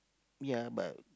ya but